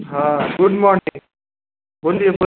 हँ good morning बोलिए बोलिए